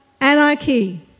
anarchy